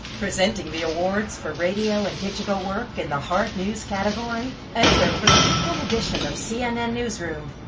presenting the awards for radio and digital work in the hard news category, anchor for the weekend edition of cnn newsroom.